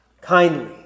Kindly